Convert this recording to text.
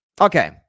Okay